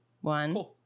One